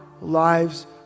lives